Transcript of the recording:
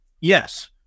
yes